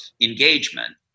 engagement